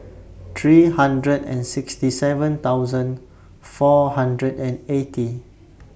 three hundred and sixty seven thousand four hundred and eighty